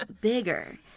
bigger